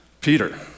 Peter